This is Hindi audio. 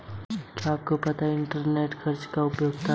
मैं अपनी उपयोगिता से कैसे संपर्क कर सकता हूँ?